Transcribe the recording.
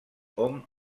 hom